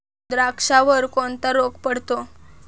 द्राक्षावर कोणता रोग पडतो?